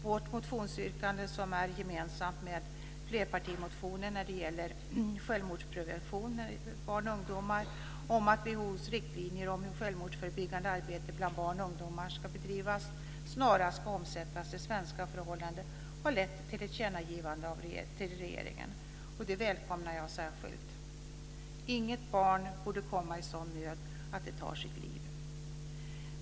Vårt motionsyrkande, som är gemensamt med flerpartimotionen om självmordsprevention bland barn och ungdomar, att WHO:s riktlinjer om hur självmordsförebyggande arbete bland barn och ungdomar ska bedrivas snarast ska omsättas till svenska förhållanden, har lett till ett tillkännagivande till regeringen. Det välkomnar jag särskilt. Inget barn borde komma i sådan nöd att de tar sitt liv.